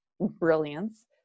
brilliance